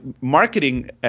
marketing